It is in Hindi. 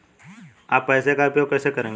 आप पैसे का उपयोग कैसे करेंगे?